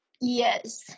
Yes